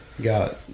got